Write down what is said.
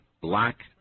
black